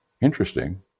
interesting